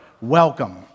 welcome